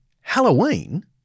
Halloween